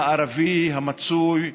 הערבי המצוי,